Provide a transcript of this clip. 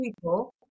people